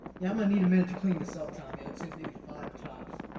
yeah, i'm gonna need a minute to clean this up, tommy. i'd say maybe five tops.